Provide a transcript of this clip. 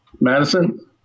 Madison